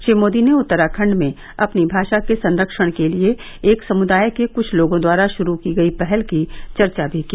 श्री मोदी ने उत्तराखण्ड में अपनी भाषा के संरक्षण के लिए एक समुदाय के क्छ लोगो द्वारा शुरू की गई पहल की चर्चा भी की